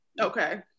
okay